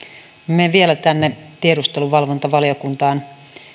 menen vielä tiedusteluvalvontavaliokuntaan